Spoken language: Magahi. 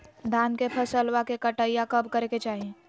धान के फसलवा के कटाईया कब करे के चाही?